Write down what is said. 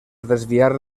desviar